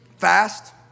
Fast